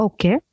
Okay